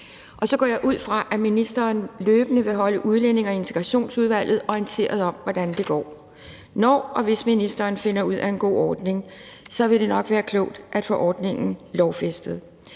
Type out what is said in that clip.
Og så går jeg ud fra, at ministeren løbende vil holde i Udlændinge- og Integrationsudvalget orienteret om, hvordan det går. Når og hvis ministeren finder en god ordning, vil det nok være klogt at få ordningen lovfæstet.